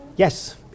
Yes